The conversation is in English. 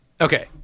Okay